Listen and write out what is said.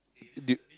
did